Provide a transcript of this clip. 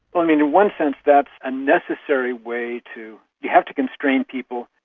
um in one sense that's a necessary way to, you have to constrain people.